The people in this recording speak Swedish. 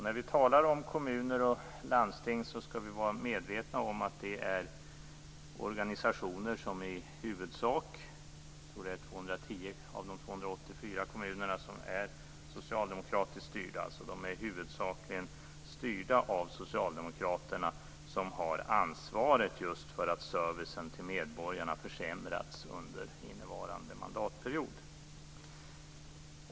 När vi talar om kommuner och landsting skall vi vara medvetna om att det är organisationer som i huvudsak - jag tror att det är 210 av de 284 kommunerna - är socialdemokratiskt styrda. De är alltså huvudsakligen styrda av socialdemokraterna som har ansvaret för att servicen till medborgarna försämrats under innevarande mandatperiod.